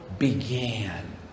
began